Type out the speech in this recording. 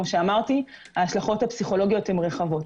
ההשלכות הפסיכולוגיות הן רחבות.